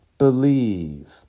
Believe